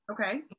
okay